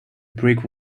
brick